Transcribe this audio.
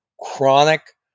chronic